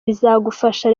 bizagufasha